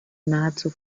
nahezu